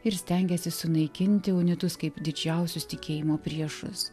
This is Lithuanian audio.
ir stengėsi sunaikinti unitus kaip didžiausius tikėjimo priešus